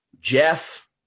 Jeff